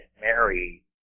married